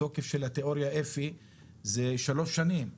התוקף של התיאוריה זה 3 שנים,